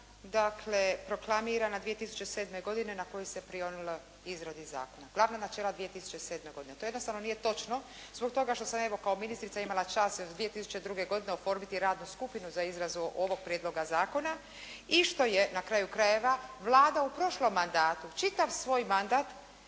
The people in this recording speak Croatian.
proklamirana 2007. godine na koja se prionulo izradi zakona. Glavna načela 2007. godine. To jednostavno nije točno zbog toga što sam evo kao ministrica imala čast 2002. godine oformiti radnu skupinu za izradu ovog prijedloga zakona i što je na kraju krajeva Vlada u prošlom mandatu čitav svoj mandat